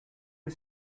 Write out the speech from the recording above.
you